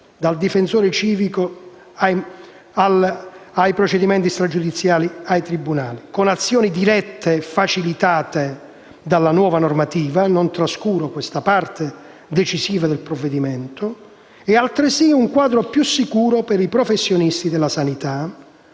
(dal difensore civico, ai procedimenti stragiudiziali, ai tribunali) con azioni dirette, facilitate dalla nuova normativa - non trascuro questa parte decisiva del provvedimento - e altresì un quadro più sicuro per i professionisti della sanità,